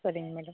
சரிங்க மேடம்